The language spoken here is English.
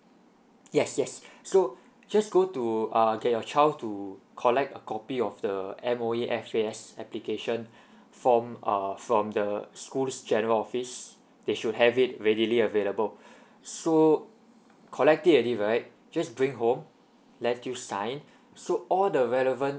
yes yes so just go to uh get your child to collect a copy of the M_O_E F_A_S application form uh from the school's general office they should have it readily available so collect it already right just bring home let you sign so all the relevant